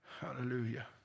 Hallelujah